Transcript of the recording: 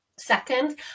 Second